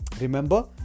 Remember